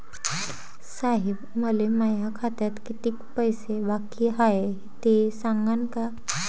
साहेब, मले माया खात्यात कितीक पैसे बाकी हाय, ते सांगान का?